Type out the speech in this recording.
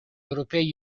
europei